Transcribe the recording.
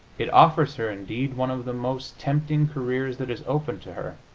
it offers her, indeed, one of the most tempting careers that is open to her.